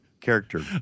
character